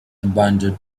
abandoned